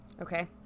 Okay